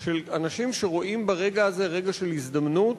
של אנשים שרואים ברגע הזה רגע של הזדמנות